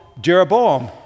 Jeroboam